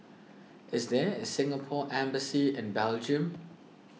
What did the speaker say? is there a Singapore Embassy in Belgium